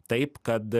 taip kad